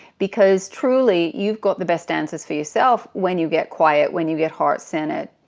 because truly you've got the best answers for yourself when you get quiet, when you get heart centered.